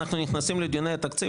אנחנו נכנסים לדיוני התקציב,